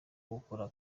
gukora